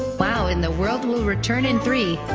wow in the world will return in three,